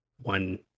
One